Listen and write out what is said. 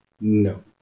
No